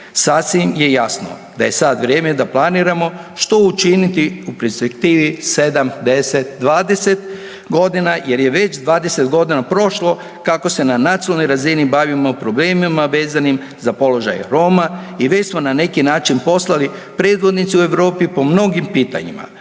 Sasvim je jasno da je sad vrijeme da planiramo što učiniti u perspektivi 7, 10, 20 godina jer je već 20 godina prošlo kako se na nacionalnoj razini bavimo problemima vezanim za položaj Roma i već smo na neki način poslali predvodnicu u Europi po mnogim pitanjima.